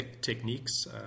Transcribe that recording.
techniques